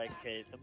Okay